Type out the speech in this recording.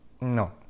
No